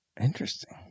Interesting